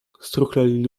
struchleli